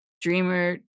dreamer